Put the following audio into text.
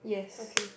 okay